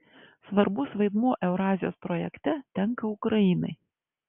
svarbus vaidmuo eurazijos projekte tenka ukrainai